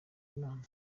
inama